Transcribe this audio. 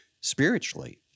spiritually